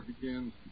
begins